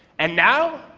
and now?